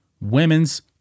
women's